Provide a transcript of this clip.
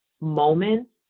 moments